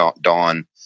dawn